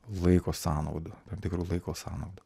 laiko sąnaudų tam tikrų laiko sąnaudų